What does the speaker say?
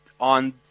on